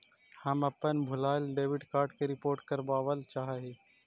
हम अपन भूलायल डेबिट कार्ड के रिपोर्ट करावल चाह ही